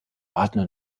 arten